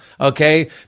Okay